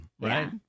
right